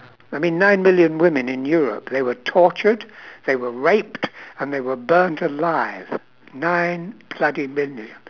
I mean nine million women in europe they were tortured they were raped and they were burnt alive nine bloody million